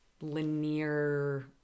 linear